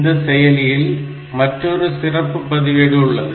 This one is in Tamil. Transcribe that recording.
இந்த செயலியில் மற்றொரு சிறப்பு பதிவேடு உள்ளது